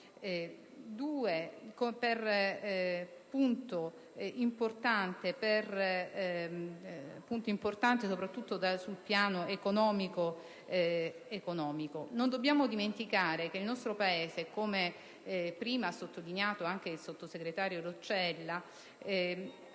come punto rilevante soprattutto sul piano economico. Non dobbiamo dimenticare che il nostro Paese, come prima ha sottolineato anche la sottosegretario Roccella,